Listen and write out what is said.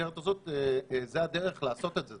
ובמסגרת הזאת זו הדרך לעשות את זה,